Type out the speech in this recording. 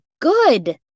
good